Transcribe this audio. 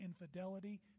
infidelity